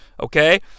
Okay